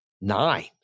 nine